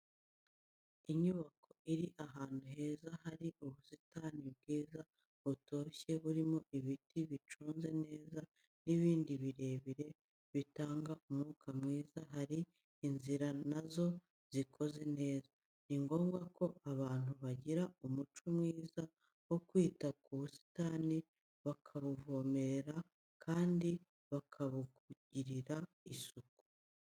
Inyubako iri ahantu heza hari ubusitani bwiza butoshye burimo ibiti biconze neza n'ibindi birebire bitanga umwuka mwiza hari inzira na zo zikoze neza. Ni ngombwa ko abantu bagira umuco mwiza wo kwita ku busitani bakabuvomerera, kandi bakabugirira isuku.